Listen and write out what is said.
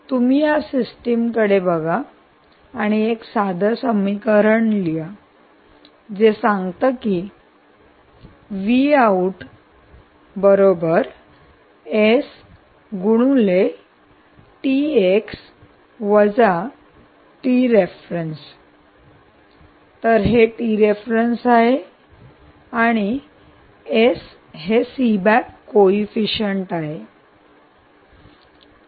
तुम्ही या सिस्टीम कडे बघा आणि एक साधं समीकरण लिहा जे सांगते की तर हे T REF हे सीबॅक कोईफीशंट आहे